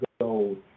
gold